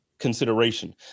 Consideration